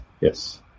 Yes